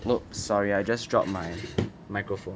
!oops! sorry I just dropped my microphone